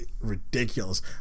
ridiculous